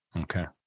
Okay